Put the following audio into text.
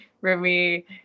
Remy